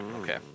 Okay